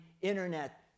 internet